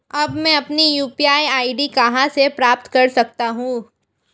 अब मैं अपनी यू.पी.आई आई.डी कहां से प्राप्त कर सकता हूं?